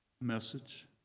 message